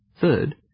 Third